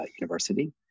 University